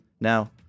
Now